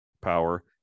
power